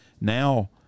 now